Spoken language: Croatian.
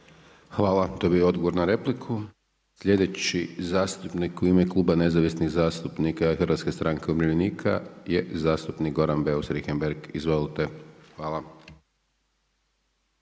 Hvala. To je bio odgovor na repliku. Sljedeći zastupnik u ime Kluba nezavisnih zastupnika i Hrvatske stranke umirovljenika je zastupnik Goran Beus Richembergh. Izvolite. **Beus